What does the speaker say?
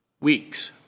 weeks